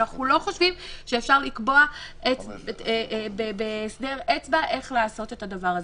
אנחנו לא חושבים שאפשר לקבוע בהסדר אצבע איך לעשות את הדבר הזה.